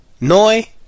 Noi